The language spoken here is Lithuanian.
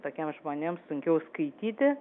tokiems žmonėms sunkiau skaityti